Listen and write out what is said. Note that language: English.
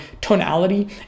tonality